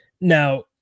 Now